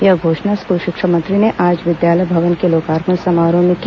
यह घोषणा स्कूल शिक्षा मंत्री ने आज विद्यालय भवन के लोकार्पण समारोह में की